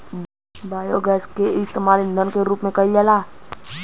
biogas के इस्तेमाल ईधन के रूप में कईल जाला